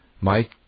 Mike